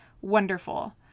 Wonderful